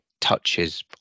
touches